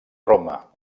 roma